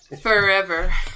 forever